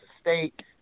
State